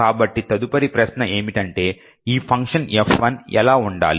కాబట్టి తదుపరి ప్రశ్న ఏమిటంటే ఈ ఫంక్షన్ F1 ఎలా ఉండాలి